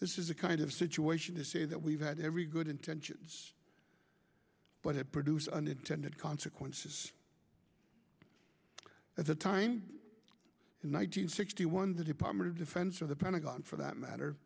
this is a kind of situation to say that we've had every good intentions but it produced unintended consequences at the time in one thousand sixty one the department of defense or the pentagon for that matter